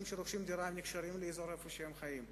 שרוכשים דירה נקשרים לאזור שהם חיים בו.